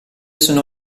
sono